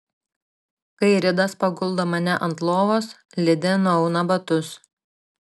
kai ridas paguldo mane ant lovos lidė nuauna batus